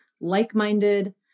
like-minded